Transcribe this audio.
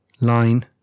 line